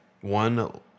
one